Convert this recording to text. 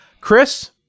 Chris